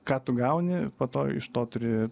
ką tu gauni po to iš to turi